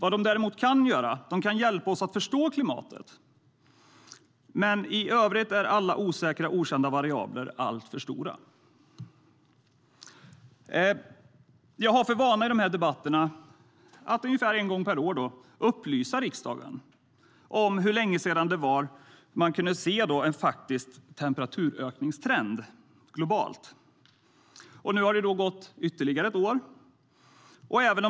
Vad de däremot kan göra är att hjälpa oss att förstå klimatet, men i övrigt är alla osäkra och okända variabler alltför stora. Jag har för vana i de här debatterna att ungefär en gång per år upplysa riksdagen om hur länge sedan det var man kunde se en faktisk temperaturökningstrend globalt. Nu har det gått ytterligare ett år.